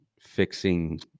fixing